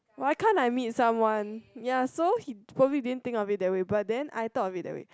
why can't I meet someone ya so he probably didn't think of it that way but then I thought of it that way